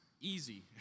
easy